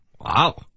Wow